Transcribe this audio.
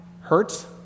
hurts